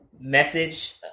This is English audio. message